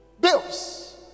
bills